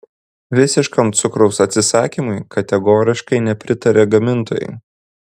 visiškam cukraus atsisakymui kategoriškai nepritaria gamintojai